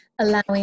Allowing